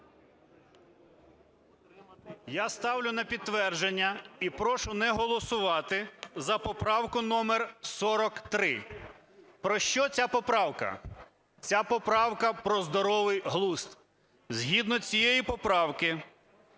Я ставлю на підтвердження і прошу не голосувати за поправку номер 43. Про що ця поправка. Ця поправка про здоровий глузд. Згідно цієї поправки